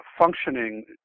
functioning